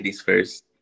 first